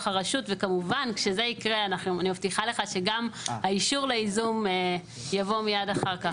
הרשות וכמובן כשזה יקרה אני מבטיחה לך שגם האישור לייזום יבוא מיד אחר כך.